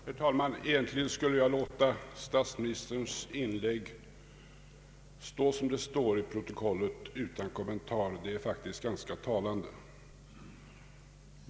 Herr talman! Egentligen skulle jag låta statsministerns inlägg stå som det står i protokollet utan kommentar — det är faktiskt ganska talande.